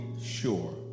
sure